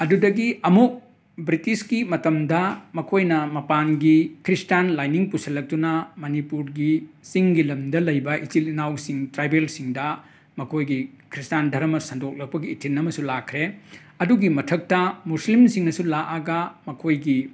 ꯑꯗꯨꯗꯒꯤ ꯑꯃꯨꯛ ꯕ꯭ꯔꯤꯇꯤꯁꯀꯤ ꯃꯇꯝꯗ ꯃꯈꯣꯏꯅ ꯃꯄꯥꯟꯒꯤ ꯈ꯭ꯔꯤꯁꯇꯥꯟ ꯂꯥꯏꯅꯤꯡ ꯄꯨꯁꯤꯜꯂꯛꯇꯨꯅ ꯃꯅꯤꯄꯨꯔꯒꯤ ꯆꯤꯡꯒꯤ ꯂꯝꯗ ꯂꯩꯕ ꯏꯆꯤꯜ ꯏꯅꯥꯎꯁꯤꯡ ꯇ꯭ꯔꯥꯏꯕꯦꯜꯁꯤꯡꯗ ꯃꯈꯣꯏꯒꯤ ꯈ꯭ꯔꯤꯁꯇꯥꯟ ꯙꯔꯃ ꯁꯟꯗꯣꯛꯂꯛꯄꯒꯤ ꯏꯊꯤꯟ ꯑꯃꯁꯨ ꯂꯥꯛꯈ꯭ꯔꯦ ꯑꯗꯨꯒꯤ ꯃꯊꯛꯇ ꯃꯨꯁꯂꯤꯝꯁꯤꯡꯅꯁꯨ ꯂꯥꯛꯑꯒ ꯃꯈꯣꯏꯒꯤ